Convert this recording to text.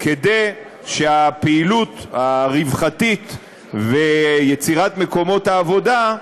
כדי שפעילות הרווחה ויצירת מקומות העבודה,